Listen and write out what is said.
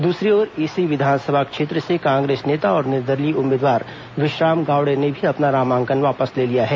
दूसरी ओर इसी विधानसभा क्षेत्र से कांग्रेस नेता और निर्दलीय उम्मीदवार विश्राम गावड़े ने भी अपना नामांकन वापस ले लिया है